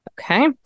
Okay